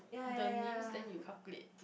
the names then you calculate